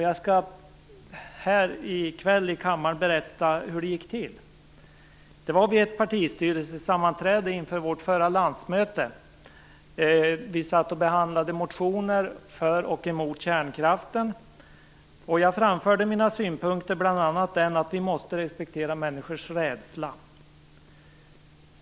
Jag skall här i kammaren berätta om hur det gick till. Vid ett partistyrelsesammanträde inför vårt förra landsmöte behandlade vi motioner för och emot kärnkraften. Jag framförde mina synpunkter, bl.a. den att vi måste respektera människors rädsla.